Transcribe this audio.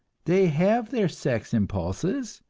they have their sex impulses,